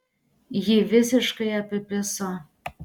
jį visiškai apipiso